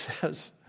says